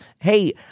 Hey